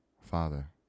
Father